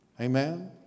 Amen